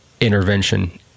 intervention